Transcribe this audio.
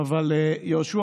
אבל חכה,